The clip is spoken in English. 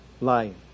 lying